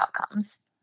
outcomes